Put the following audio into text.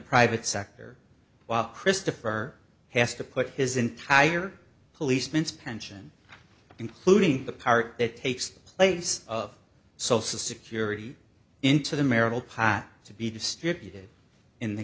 private sector while christopher has to put his entire policeman's pension including the part that takes the place of social security into the marital pot to be distributed in the